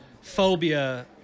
phobia